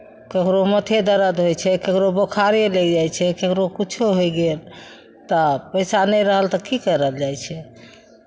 ककरो माथे दर्द होइ छै ककरो बोखारे लागि जाइ छै ककरो किछो होय गेल तऽ पैसा नहि रहल तऽ की करल जाइ छै